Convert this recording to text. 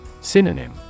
Synonym